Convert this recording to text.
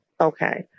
Okay